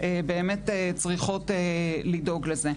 צריכות לדאוג לזה.